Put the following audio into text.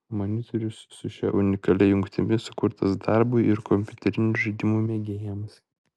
monitorius su šia unikalia jungtimi sukurtas darbui ir kompiuterinių žaidimų mėgėjams